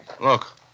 Look